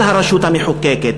על הרשות המחוקקת,